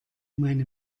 meine